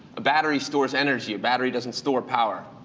a battery stores energy. a battery doesn't store power.